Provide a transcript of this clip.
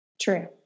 True